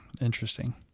interesting